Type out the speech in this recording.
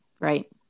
Right